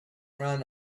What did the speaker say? ran